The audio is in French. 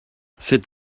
c’est